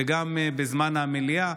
וגם בזמן המליאה,